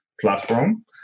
platform